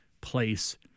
place